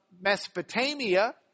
Mesopotamia